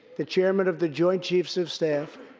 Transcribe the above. the chairman of the joint chiefs of staff,